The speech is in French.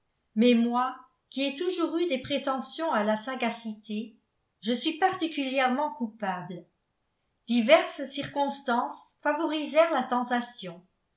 mais moi qui ai toujours eu des prétentions à la sagacité je suis particulièrement coupable diverses circonstances favorisèrent la tentation